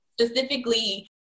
specifically